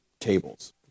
tables